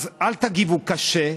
אז אל תגיבו קשה,